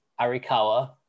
Arikawa